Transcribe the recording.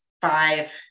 five